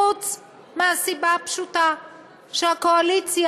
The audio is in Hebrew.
חוץ מהסיבה הפשוטה שהקואליציה,